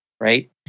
Right